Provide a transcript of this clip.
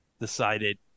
decided